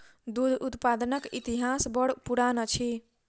दूध उत्पादनक इतिहास बड़ पुरान अछि